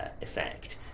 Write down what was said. effect